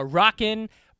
rockin